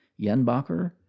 Yenbacher